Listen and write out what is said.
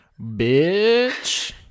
bitch